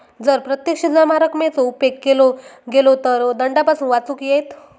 जर प्रत्यक्ष जमा रकमेचो उपेग केलो गेलो तर दंडापासून वाचुक येयत